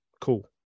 Cool